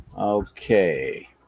Okay